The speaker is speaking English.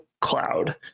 cloud